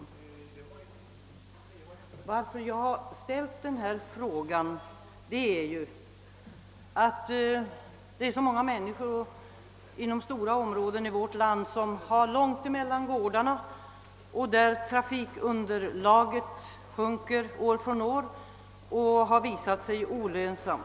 Orsaken till att jag framställde interpellationen är att så många människor i stora delar av vårt land har långt mellan gårdarna och att trafikunderlaget sjunker år från år därför att trafiken visat sig vara olönsam.